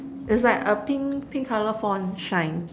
it's like a pink pink colour font shine